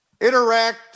interact